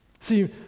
See